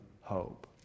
hope